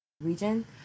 region